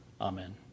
Amen